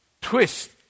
twist